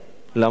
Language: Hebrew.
למה בגת?